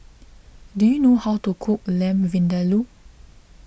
do you know how to cook Lamb Vindaloo